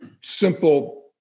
simple